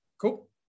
Cool